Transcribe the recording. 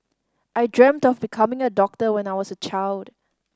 I dreamt of becoming a doctor when I was a child